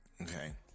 Okay